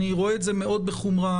אני רואה את זה מאוד בחומרה.